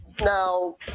Now